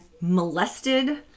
molested